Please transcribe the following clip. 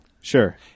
Sure